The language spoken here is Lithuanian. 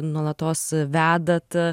nuolatos vedat